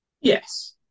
Yes